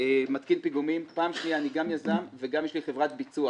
מתקין פיגומים ופעם שנייה אני גם יזם וגם בעלים של חברת ביצוע